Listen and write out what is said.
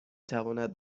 تواند